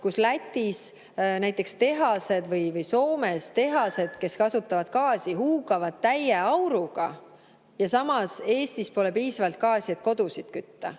kus näiteks Lätis või Soomes tehased, kes kasutavad gaasi, huugavad täie auruga, aga samas Eestis pole piisavalt gaasi, et kodusid kütta.